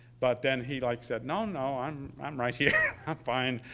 but then he like said, no, no, i'm i'm right here. i'm fine.